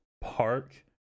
park